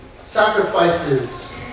sacrifices